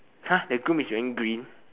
!huh! the groom is wearing green